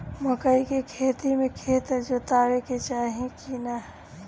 मकई के खेती मे खेत जोतावे के चाही किना?